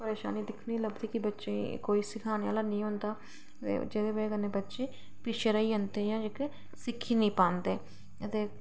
परेशानी दिक्खने गी लभदी कि बच्चें ई कोई सिखाने आह्ला नेईं होंदा ते जेह्दी बजह कन्नै बंदे पिच्छै रेही जंदे इक्क दिक्खी निं पांदे ते